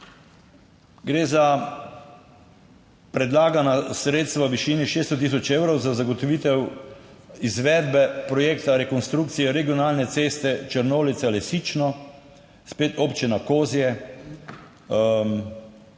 gre za predlagana sredstva v višini 600000 evrov za zagotovitev izvedbe projekta rekonstrukcije regionalne ceste Črnolica-Lisično spet občina Kozje,